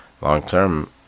long-term